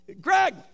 Greg